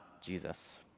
Jesus